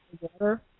water